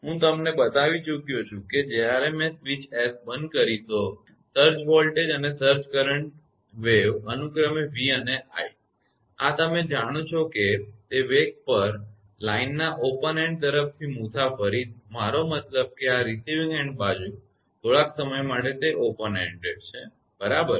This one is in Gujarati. હું તમને બતાવી ચૂક્યો છું કે જ્યારે મેં સ્વીચ s બંધ કરી તો સર્જ વોલ્ટેજ અને સર્જ કરંટ વેવ અનુક્રમે v and i આ તમે જાણો છો કે તે વેગ પર લાઇનનના ઓપન એન્ડ તરફની મુસાફરી મારો મતલબ આ રિસીવીંગ એન્ડ બાજુ થોડાક સમય માટે તે ઓપન એન્ડ છે બરાબર